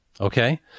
Okay